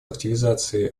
активизации